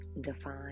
define